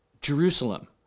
Jerusalem